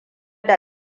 da